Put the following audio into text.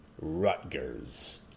Rutgers